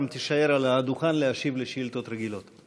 גם תישאר על הדוכן להשיב על שאילתות רגילות.